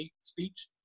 speech